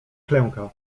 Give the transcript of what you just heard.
klęka